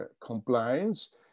compliance